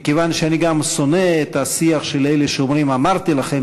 מכיוון שאני גם שונא את השיח של אלה שאומרים: אמרתי לכם,